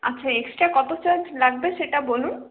আচ্ছা এক্সট্রা কত চার্জ লাগবে সেটা বলুন